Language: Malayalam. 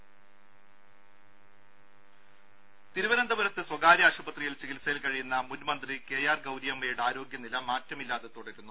രുര തിരുവനന്തപുരത്ത് സ്വകാര്യ ആശുപത്രിയിൽ ചികിത്സയിൽ കഴിയുന്ന മുൻ മന്ത്രി കെ ആർ ഗൌരിയമ്മയുടെ ആരോഗ്യനില മാറ്റമില്ലാതെ തുടരുന്നു